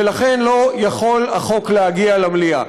ולכן החוק לא יכול להגיע למליאה.